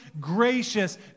gracious